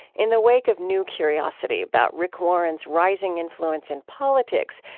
in the wake of new curiosity about rick warren's rising influence in politics,